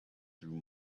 through